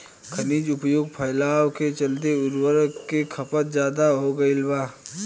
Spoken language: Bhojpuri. खनिज उपयोग फैलाव के चलते उर्वरक के खपत ज्यादा हो गईल बा